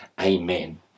amen